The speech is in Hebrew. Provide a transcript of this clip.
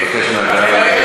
אני מבקש מהקהל,